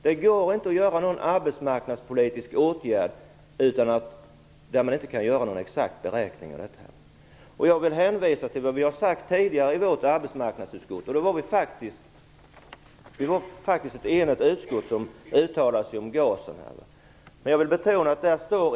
Det går inte att vidta någon arbetsmarknadspolitisk åtgärd där man kan göra exakta beräkningar av hur många jobb det ger. Jag vill hänvisa till vad vi har sagt tidigare i arbetsmarknadsutskottet. Det var ett enigt utskott som uttalade sig om GAS, generellt anställningsstöd.